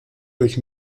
durch